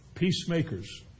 Peacemakers